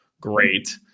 great